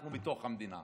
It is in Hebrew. אנחנו בתוך המדינה.